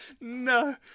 No